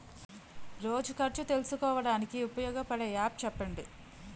రోజు ఖర్చు తెలుసుకోవడానికి ఉపయోగపడే యాప్ చెప్పండీ?